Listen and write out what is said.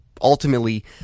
ultimately